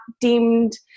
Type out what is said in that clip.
deemed